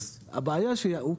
הבעיה היא שהוא קיבל,